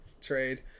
trade